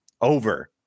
over